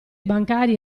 bancari